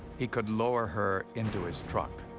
he could lower her into his truck.